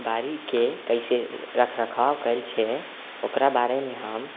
बाड़ीके कैसे रख रखाव कयल छै ओकरा बारेमे हम